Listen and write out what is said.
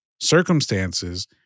circumstances